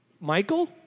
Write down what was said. Michael